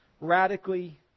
radically